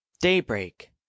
Daybreak